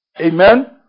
Amen